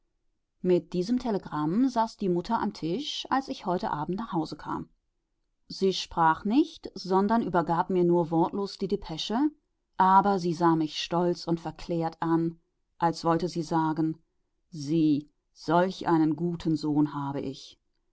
mit diesem telegramm saß die mutter am tisch als ich heute abend nach hause kam sie sprach nicht sondern übergab mir nur wortlos die depesche aber sie sah mich stolz und verklärt an als wollte sie sagen sieh solch einen guten sohn habe ich